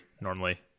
normally